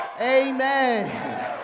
Amen